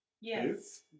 Yes